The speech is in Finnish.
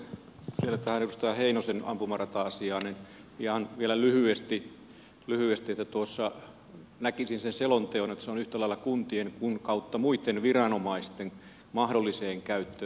vielä tähän edustaja heinosen ampumarata asiaan ihan lyhyesti että näkisin sen selonteon niin että se on yhtä lailla kuntien kuin muittenkin viranomaisten mahdolliseen käyttöön